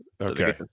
okay